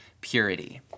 purity